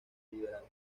liberal